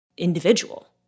individual